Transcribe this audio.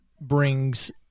brings